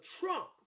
trump